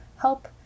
help